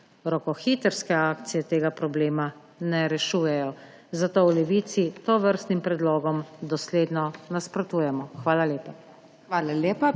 Rokohitrske akcije tega problema ne rešujejo. Zato v Levici tovrstnim predlogom dosledno nasprotujemo. Hvala lepa.